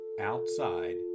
outside